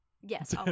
Yes